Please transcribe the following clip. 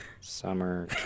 summer